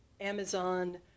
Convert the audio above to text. Amazon